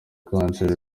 kanseri